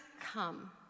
come